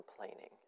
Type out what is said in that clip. complaining